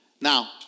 Now